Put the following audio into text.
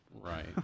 Right